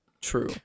True